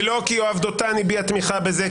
ולא כי יואב דותן הביע תמיכה בזה,